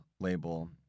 label